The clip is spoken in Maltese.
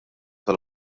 tal